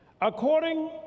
According